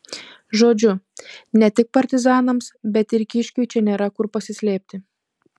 žodžiu ne tik partizanams bet ir kiškiui čia nėra kur pasislėpti